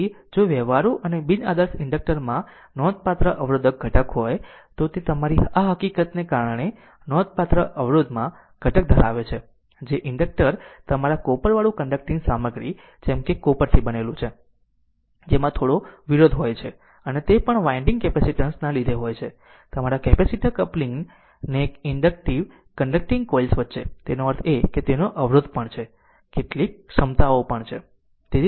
તેથી જો વ્યવહારુ અને બિન આદર્શ ઇન્ડક્ટર માં નોંધપાત્ર અવરોધક ઘટક હોય તો તે તમારી આ હકીકતને કારણે નોંધપાત્ર અવરોધક ઘટક ધરાવે છે કે ઇન્ડક્ટર તમારા કોપરવાળું કન્ડકટીંગ સામગ્રી જેમ કે કોપરથી બનેલું છે જેમાં થોડો અવરોધ હોય છે અને તે પણ વાઈન્ડિંગ કેપેસિટેન્સ ને લીધે છે તમારા કેપેસીટીવ કપલિંગ ને કંડક્ટિંગ કોઇલ્સ વચ્ચે તેનો અર્થ એ કે તેનો અવરોધ પણ છે કેટલાક ક્ષમતાઓ પણ છે